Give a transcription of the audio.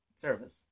service